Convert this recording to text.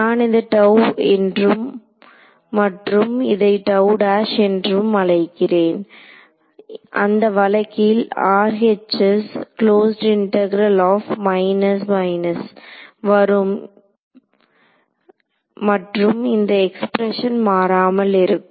நான் இதை என்றும் மற்றும் இதை என்றும் அழைக்கிறேன்அந்த வழக்கில் RHS வரும் மற்றும் இந்த எக்ஸ்பிரஷன் மாறாமல் இருக்கும்